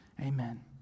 Amen